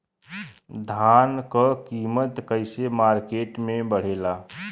धान क कीमत कईसे मार्केट में बड़ेला?